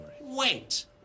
Wait